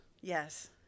Yes